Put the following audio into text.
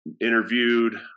interviewed